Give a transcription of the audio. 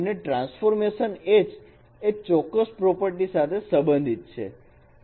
અને transformation H એ ચોક્કસ પ્રોપર્ટી સાથે સંબંધિત છે H T